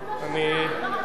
הוא לא שמע.